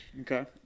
Okay